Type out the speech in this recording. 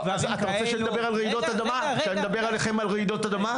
אתה רוצה שנדבר על רעידות אדמה?